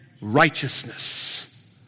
righteousness